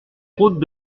route